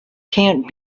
can’t